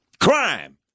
Crime